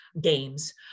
games